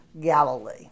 Galilee